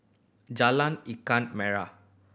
Jalan Ikan Merah